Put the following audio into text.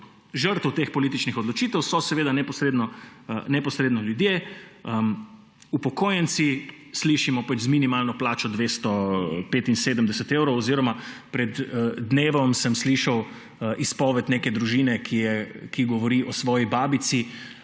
Žrtev teh političnih odločitev so seveda neposredno ljudje, upokojenci, slišimo, z minimalno pokojnino 275 evrov oziroma pred dnevom sem slišal izpoved neke družine, ki govori o svoji babici,